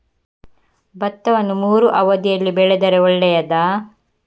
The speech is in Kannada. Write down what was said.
ಭತ್ತವನ್ನು ಮೂರೂ ಅವಧಿಯಲ್ಲಿ ಬೆಳೆದರೆ ಒಳ್ಳೆಯದಾ?